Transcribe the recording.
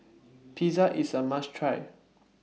Pizza IS A must Try